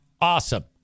Awesome